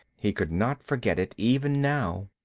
he could not forget it, even now.